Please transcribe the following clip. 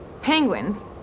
Penguins